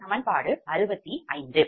இது சமன்பாடு 65